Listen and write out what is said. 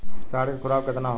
साँढ़ के खुराक केतना होला?